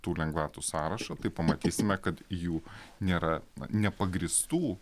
tų lengvatų sąrašą tai pamatysime kad jų nėra nepagrįstų